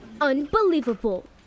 unbelievable